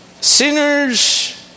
Sinners